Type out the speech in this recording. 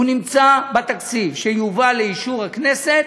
זה נמצא בתקציב שיובא לאישור הכנסת,